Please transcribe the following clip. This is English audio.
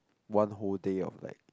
one whole day of like